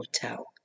hotel